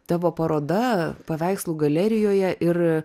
tavo paroda paveikslų galerijoje ir